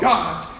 God's